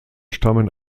stammen